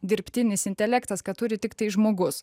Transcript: dirbtinis intelektas ką turi tiktai žmogus